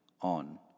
on